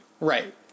right